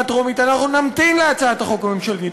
הטרומית אנחנו נמתין להצעת החוק הממשלתית.